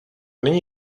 není